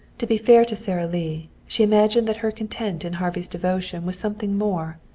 to be fair to sara lee, she imagined that her content in harvey's devotion was something more,